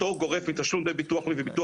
פטור גורף מתשלום דמי ביטוח לאומי וביטוח